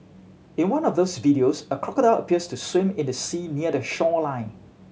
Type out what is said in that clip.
in one of these videos a crocodile appears to swim in the sea near the shoreline